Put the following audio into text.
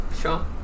Sure